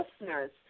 listeners